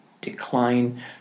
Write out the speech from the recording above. decline